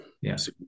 Yes